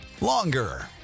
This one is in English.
longer